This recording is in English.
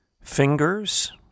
fingers